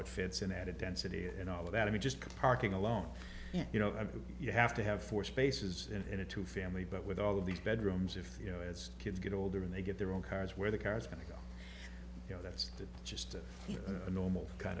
it fits in at a density and all of that i mean just the parking alone you know you have to have four spaces in a two family but with all of these bedrooms if you know as kids get older and they get their own cars where the car is going to go you know that's just the normal kind